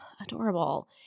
adorable